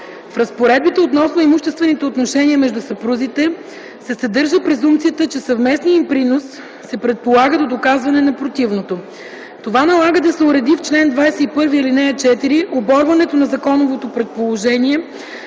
В разпоредбите, относно имуществените отношения между съпрузите се съдържа презумпцията, че съвместният им принос се предполага до доказване на противното. Това налага да се уреди в чл. 21, ал. 4 оборването на законовото предположение